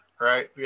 right